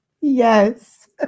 Yes